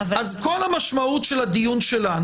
כל המשמעות של הדיון שלנו,